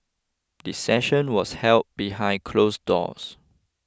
the session was held behind closed doors